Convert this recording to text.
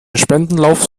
spendenlauf